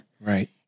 Right